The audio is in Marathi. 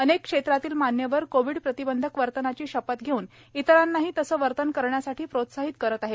अनेक क्षेत्रातील मान्यवर कोविड प्रतिबंधक वर्तनाची शपथ घेऊन इतरांनाही तसे वर्तन करण्यास प्रोत्साहित करत आहेत